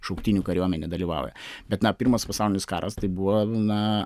šauktinių kariuomenė dalyvauja bet na pirmas pasaulinis karas tai buvo na